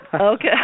Okay